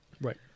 right